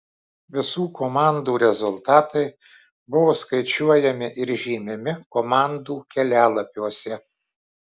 visų komandų rezultatai buvo skaičiuojami ir žymimi komandų kelialapiuose